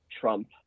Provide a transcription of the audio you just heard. Trump